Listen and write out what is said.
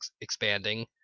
expanding